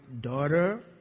daughter